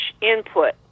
input